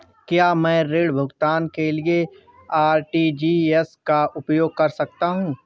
क्या मैं ऋण भुगतान के लिए आर.टी.जी.एस का उपयोग कर सकता हूँ?